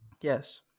yes